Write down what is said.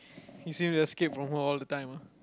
he seem to escape from her all the time ah